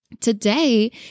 today